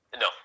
No